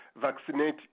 vaccinate